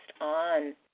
on